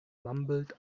mumbled